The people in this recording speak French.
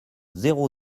zéro